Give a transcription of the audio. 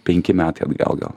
penki metai atgal gal